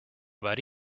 about